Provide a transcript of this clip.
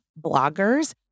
bloggers